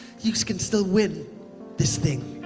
you can still win this thing.